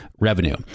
Revenue